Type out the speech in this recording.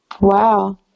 Wow